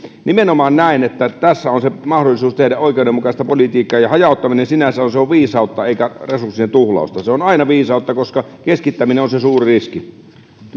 nimenomaan näen että tässä on se mahdollisuus tehdä oikeudenmukaista politiikkaa ja hajauttaminen sinänsä on viisautta eikä resurssien tuhlausta se on aina viisautta koska keskittäminen on se suuri riski